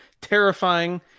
Terrifying